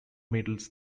medals